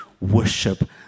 worship